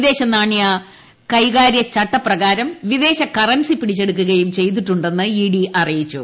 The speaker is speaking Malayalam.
വിദേശനാണ്യ കൈകാര്യ ചട്ടപ്രക്ടാരം വിദേശകറൻസി പിടിച്ചെടുക്കുകയും ചെയ്തിട്ടുണ്ടെന്ന് ഈ ഡീ അറിയിച്ചു